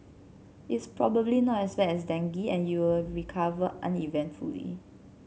it's probably not as bad as dengue and you'll recover uneventfully